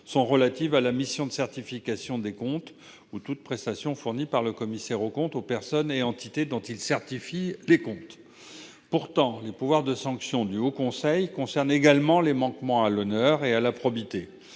sont relatives à la mission de certification des comptes, ou à toute prestation fournie par le commissaire aux comptes aux personnes et entités dont il certifie les comptes. Pourtant, les pouvoirs de sanction du Haut conseil portent également sur les manquements à l'honneur et à la probité.